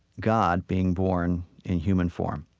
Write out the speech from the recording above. god being born in human form.